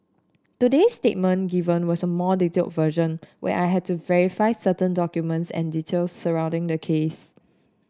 today's statement given was a more detailed version where I had to verify certain documents and details surrounding the case